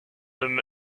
him